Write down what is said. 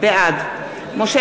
בעד משה